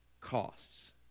costs